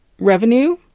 revenue